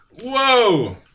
Whoa